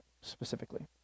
specifically